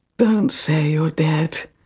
don't say you're dead.